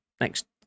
next